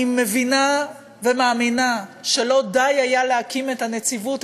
אני מבינה ומאמינה שלא די היה להקים את הנציבות,